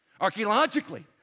Archaeologically